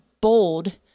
bold